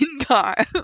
car